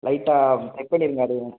லைட்டாக செக் பண்ணிடுங்க அதுவும்